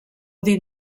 dit